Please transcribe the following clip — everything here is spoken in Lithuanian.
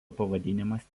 pavadinimas